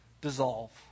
dissolve